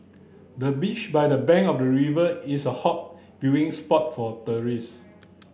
the bench by the bank of the river is a hot viewing spot for tourist